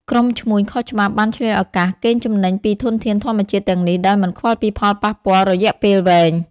ក្រុមឈ្មួញខុសច្បាប់បានឆ្លៀតឱកាសកេងចំណេញពីធនធានធម្មជាតិទាំងនេះ ដោយមិនខ្វល់ពីផលប៉ះពាល់រយៈពេលវែង។